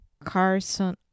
Carson